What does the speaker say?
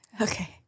okay